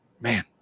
Man